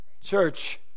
Church